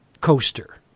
coaster